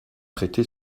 traité